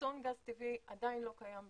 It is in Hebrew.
אחסון גז טבעי עדיין לא קיים בישראל.